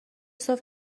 صبح